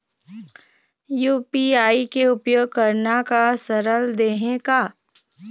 UPI के उपयोग करना का सरल देहें का?